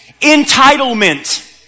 Entitlement